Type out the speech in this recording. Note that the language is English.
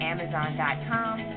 Amazon.com